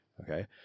Okay